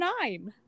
nine